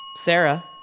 Sarah